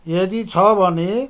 यदि छ भने